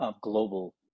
global